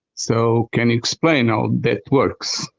so, can you explain how that works?